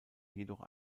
jedoch